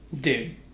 Dude